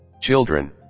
Children